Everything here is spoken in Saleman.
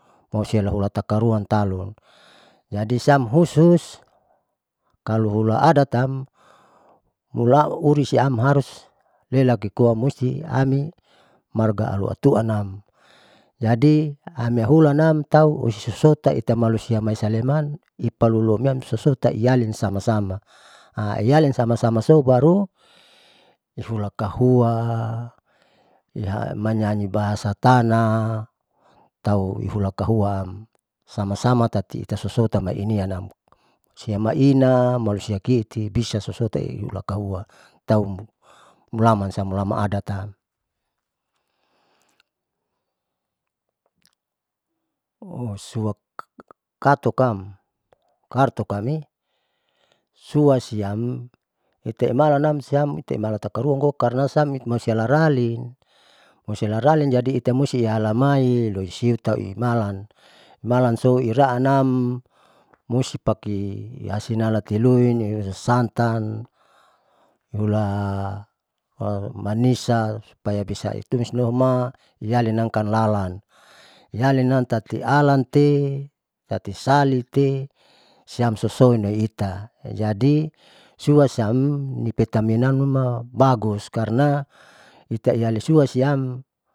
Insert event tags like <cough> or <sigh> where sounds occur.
Malusia lahuran takaluan talu jadi samhushus kalo hula adattam mula urisiam harus lelaki koa musti ami marga aloatuan nam, jadi ameahulanam kau osisuso'ota itamalusiam maisaleman ipaluloi sosota iali sama sama <hesitation> ialin sama sama sobaru ihula kahua ihamanyayi bahasa tana tau ihula kahuaam sama sama tati sosotan mainian siam maina malusia ki'iti pisasosota lakahua tau mulaman sama adatam <hesitation> suakatokam, kartokame sua siam itaemalnam siam itaeloitakaruan gokarna am imalusia laralin, malusia ralalin jadi ita musti iahalamai loisiu tau imalan, malanso iraannam musipake iasinalatilui nisantan hula <hesitation> manisan supaya bisa itumis lohu maialinam kanlalan ialinam tati alante tatisalite siam sosoneita jadi sua siam nipetaminam numa bagus karna itaialisua siam.